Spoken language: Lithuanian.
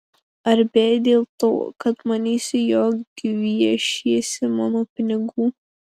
ar bijai dėl to kad manysiu jog gviešiesi mano pinigų